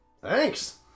Thanks